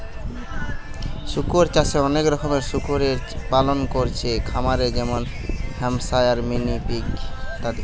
শুকর চাষে অনেক রকমের শুকরের পালন কোরছে খামারে যেমন হ্যাম্পশায়ার, মিনি পিগ ইত্যাদি